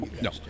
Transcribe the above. No